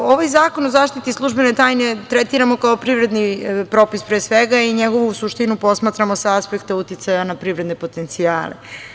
Ovaj Zakon o zaštiti službene tajne tretiramo kao privredni propis pre svega i njegovu suštinu posmatramo sa aspekta uticaja na privredne potencijale.